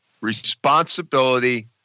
responsibility